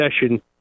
session